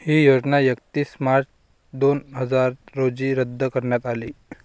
ही योजना एकतीस मार्च दोन हजार रोजी रद्द करण्यात आली